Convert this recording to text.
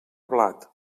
blat